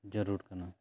ᱡᱟᱹᱨᱩᱲ ᱠᱟᱱᱟ